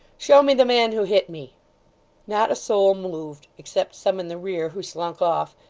show me the man who hit me not a soul moved except some in the rear who slunk off,